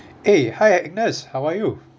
eh hi agnes how are you